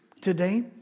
today